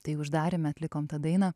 tai uždaryme atlikom tą dainą